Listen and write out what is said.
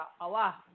Allah